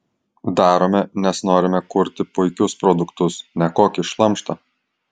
darome nes norime kurti puikius produktus ne kokį šlamštą